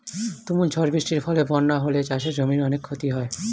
তুমুল ঝড় বৃষ্টির ফলে বন্যা হলে চাষের জমির অনেক ক্ষতি হয়